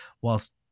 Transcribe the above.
Whilst